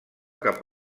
cap